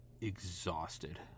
exhausted